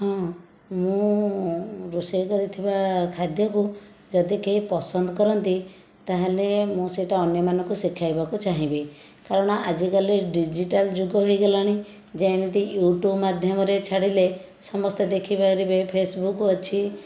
ହଁ ମୁଁ ରୋଷେଇ କରିଥିବା ଖାଦ୍ୟକୁ ଯଦି କେହି ପସନ୍ଦ କରନ୍ତି ତା'ହେଲେ ମୁଁ ସେଇଟା ଅନ୍ୟମାନଙ୍କୁ ଶିଖାଇବାକୁ ଚାହିଁବି କାରଣ ଆଜିକାଲି ଡିଜିଟାଲ ଯୁଗ ହୋଇଗଲାଣି ଯେମିତି ୟୁଟ୍ୟୁବ ମାଧ୍ୟମରେ ଛାଡ଼ିଲେ ସମସ୍ତେ ଦେଖିପାରିବେ ଫେସବୁକ ଅଛି